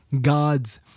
God's